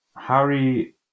harry